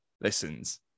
listens